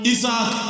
Isaac